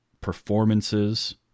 performances